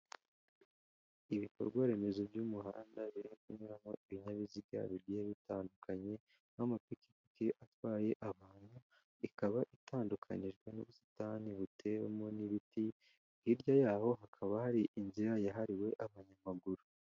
Ibikorwa remezo by'umuhanda, biyuramo ibinyabiziga bigiye bitandukanye, nk'amapiki atwaye abantu, ikaba itandukanijwe n'ubusitani butewemo n'ibiti, hirya yaho hakaba hari inzira ihari yahariwe abanyamaguru.